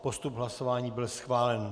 Postup hlasování byl schválen.